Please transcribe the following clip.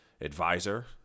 advisor